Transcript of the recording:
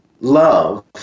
love